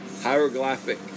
Hieroglyphic